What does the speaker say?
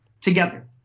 together